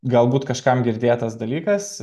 galbūt kažkam girdėtas dalykas